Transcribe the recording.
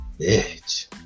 Bitch